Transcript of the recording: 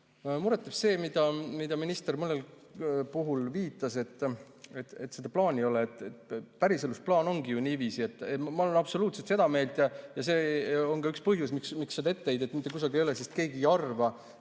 teeb see, mida minister mõnel puhul viitas, et seda plaani ei ole. Päriselus plaan ongi ju niiviisi. Ma olen absoluutselt seda meelt ja see on ka üks põhjus, miks seda etteheidet mitte kusagil ei ole, sest keegi ei arva,